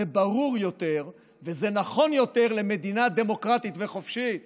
זה ברור יותר וזה נכון יותר למדינה דמוקרטית וחופשית